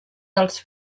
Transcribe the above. dels